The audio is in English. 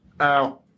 Ow